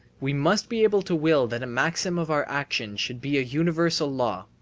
we must be able to will that a maxim of our action should be a universal law.